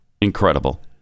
incredible